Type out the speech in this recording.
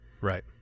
Right